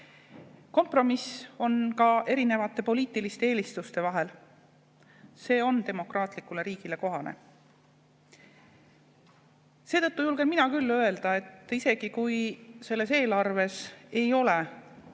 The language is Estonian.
Kompromisse tuleb teha ka erinevate poliitiliste eelistuste vahel. See on demokraatlikule riigile kohane. Seetõttu julgen mina küll öelda, et isegi kui selles eelarves ei ole